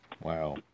Wow